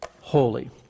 holy